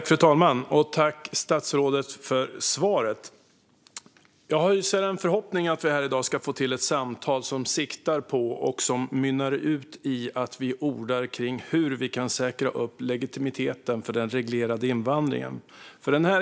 Fru talman! Jag tackar statsrådet för svaret. Jag hyser en förhoppning om att vi här i dag ska få till ett samtal som siktar på och mynnar ut i att vi ordar om hur vi kan säkra legitimiteten för den reglerade invandringen.